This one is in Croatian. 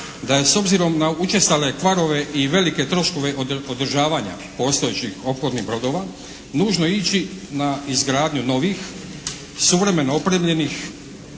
da je s obzirom na učestale kvarove i velike troškove održavanja postojećih ophodnih brodova nužno ići na izgradnju novih, suvremeno opremljenih